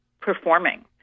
performing